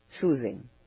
soothing